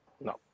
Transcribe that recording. no